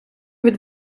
від